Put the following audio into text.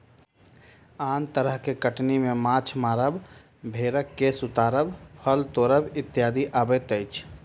आन तरह के कटनी मे माछ मारब, भेंड़क केश उतारब, फल तोड़ब इत्यादि अबैत अछि